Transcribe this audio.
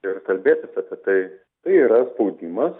ir kalbėtis apie tai tai yra spaudimas